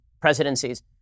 presidencies